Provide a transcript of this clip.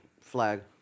flag